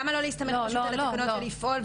למה לא להסתמך פשוט על התקנות ולפעול,